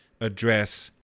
address